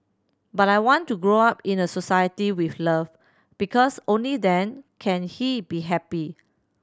but I want to grow up in a society with love because only then can he be happy